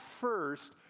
first